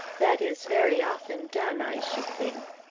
that is very often done, i should think.